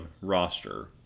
roster